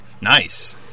Nice